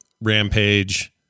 Rampage